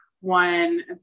one